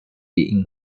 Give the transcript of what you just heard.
being